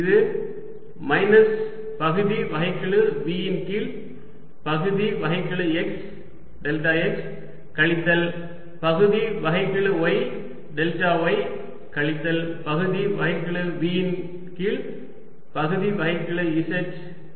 இது மைனஸ் பகுதி வகைக்கெழு V கீழ் பகுதி வகைக்கெழு x டெல்டா x கழித்தல் பகுதி வகைக்கெழு y டெல்டா y கழித்தல் பகுதி வகைக்கெழு V கீழ் பகுதி வகைக்கெழு z டெல்டா y